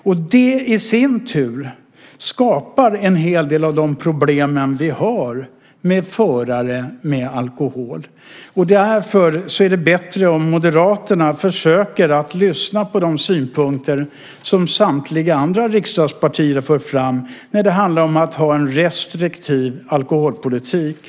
Och det i sin tur skapar en hel del av de problem som vi har med förare med alkohol i kroppen. Därför är det bättre om Moderaterna försöker lyssna på de synpunkter som samtliga andra riksdagspartier har fört fram när det handlar om att ha en restriktiv alkoholpolitik.